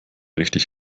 richtig